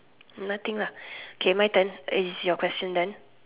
nothing lah K my turn it's your question then